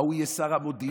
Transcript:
ההוא יהיה שר המודיעין,